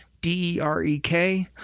D-E-R-E-K